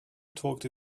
talked